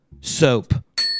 Soap